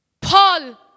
Paul